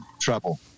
trouble